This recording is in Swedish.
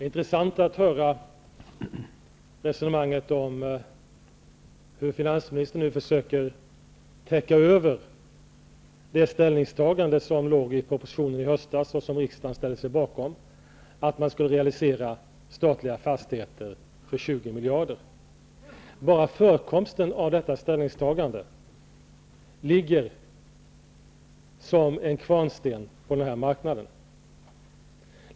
Herr talman! Det är intressant att höra hur finansministern nu försöker täcka över det ställningstagande som låg i propositionen i höstas och som riksdagen ställde sig bakom, dvs. att man skulle realisera statliga fastigheter för 20 miljarder. Bara förekomsten av detta ställningstagande ligger som en kvarnsten på marknaden.